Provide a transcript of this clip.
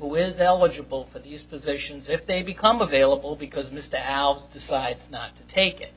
who is eligible for these positions if they become available because mr alvarez decides not to take it